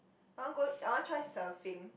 I want go I want try surfing